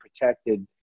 protected